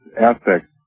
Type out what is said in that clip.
aspects